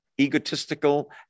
egotistical